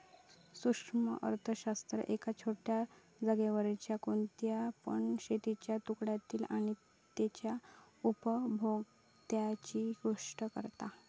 सूक्ष्म अर्थशास्त्र एका छोट्या जागेवरच्या कोणत्या पण शेतीच्या तुकड्याची आणि तेच्या उपभोक्त्यांची गोष्ट करता